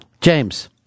James